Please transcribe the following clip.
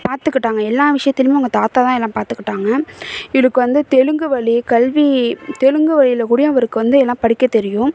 பார்த்துக்கிட்டாங்க எல்லா விஷயத்துலையுமே அவங்க தாத்தா தான் எல்லாம் பார்த்துக்கிட்டாங்க இவருக்கு வந்து தெலுங்கு வழி கல்வி தெலுங்கு வழியிலகூடையே அவருக்கு வந்து எல்லாம் படிக்கத் தெரியும்